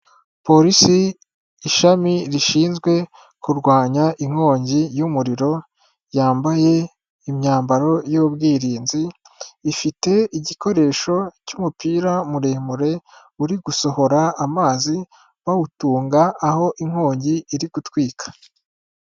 Polisi ishami rishinzwe kurwanya inkongi y'umuriro, yambaye imyambaro y'ubwirinzi, ifite igikoresho cy'umupira muremure uri gusohora amazi bawutunga aho inkongi iri gutwika.